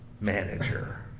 manager